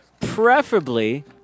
preferably